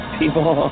people